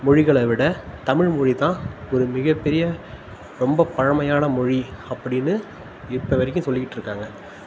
மொழிகளை விட தமிழ் மொழிதான் ஒரு மிகப்பெரிய ரொம்பப்பழமையான மொழி அப்படின்னு இப்போ வரைக்கும் சொல்லிக்கிட்டிருக்காங்க